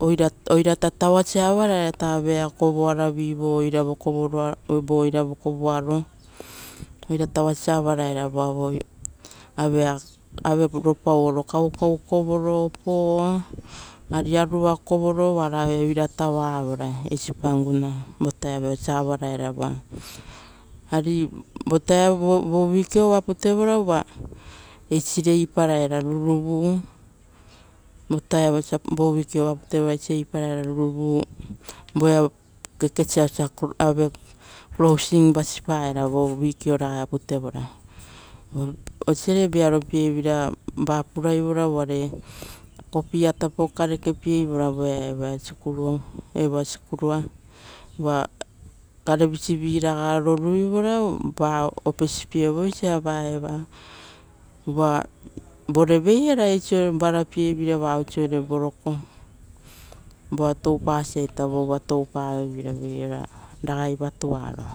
oira oiraita tauvasa avaraera aueia kovoaravi vo oira vokoroarovi vo oira vokovoaro oira taurasa avaraeva vo avero pauoro kaukau kororo, opo ari arua komoro oaraia oira tauravora eisi panguna vo taeruia vutaia vosia avavaera voa. Ari vo taeruo vutao vo weekio kovo oa putevora uva eisire iparaera ruruvu vo taevo vutao vo weekio kovo oa putevora uva eisire iparaera ruruvu voea kekesia osia ave skul tupapaera vo weekio kovo ragaia oa putevora. Osiare vearopiera ra puraivora uvare kopia tapo karekepie ivora voa evoea skul evoa skurua. Uva garevisiviraga roruivora ra opesipie ovoisa ra eva, uva voreveiera esore vavoiso raravipievira vavoisore boroko voa toupasaita vo uva toupaveveira regei ora ragai vatuaro.